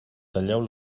talleu